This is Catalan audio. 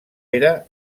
era